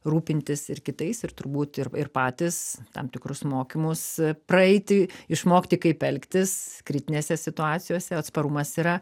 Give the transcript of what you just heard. rūpintis ir kitais ir turbūt ir ir patys tam tikrus mokymus praeiti išmokti kaip elgtis kritinėse situacijose atsparumas yra